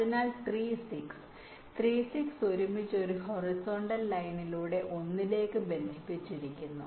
അതിനാൽ 3 6 3 6 ഒരുമിച്ച് ഒരു ഹൊറിസോണ്ടൽ ലൈനിലൂടെ 1 ലേക്ക് ബന്ധിപ്പിച്ചിരിക്കുന്നു